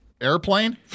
Airplane